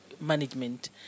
management